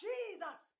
Jesus